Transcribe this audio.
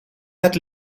het